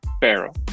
Barrel